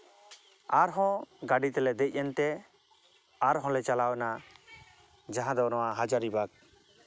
ᱟᱨᱦᱚᱸ ᱜᱟᱹᱰᱤ ᱛᱮᱞᱮ ᱫᱮᱡ ᱮᱱᱛᱮ ᱟᱨᱦᱚᱸᱞᱮ ᱪᱟᱞᱟᱣ ᱮᱱᱟ ᱡᱟᱦᱟᱸ ᱫᱚ ᱱᱚᱣᱟ ᱦᱟᱡᱟᱨᱤᱵᱟᱜᱽ